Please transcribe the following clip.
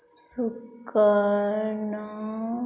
सुक्कर नाम